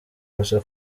gusa